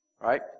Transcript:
right